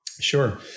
Sure